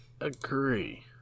agree